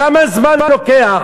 כמה זמן לוקח,